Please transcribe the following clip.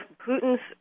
putin's